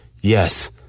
yes